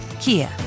Kia